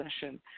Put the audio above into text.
session